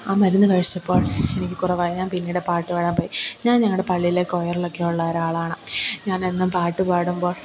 ആ മരുന്ന് കഴിച്ചപ്പോൾ എനിക്ക് കുറവായി ഞാൻ പിന്നീട് പാട്ട് പാടാൻ പോയി ഞാൻ ഞങ്ങളുടെ പള്ളീലേ കൊയറിലൊക്കെയുള്ള ഒരാളാണ് ഞാനെന്നും പാട്ട് പാടുമ്പോൾ